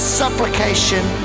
supplication